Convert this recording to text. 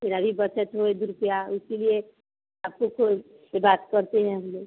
मेरा भी बचत होए दो रुपया उसी लिए आपको कोई बात करते हैं हम लोग